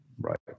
right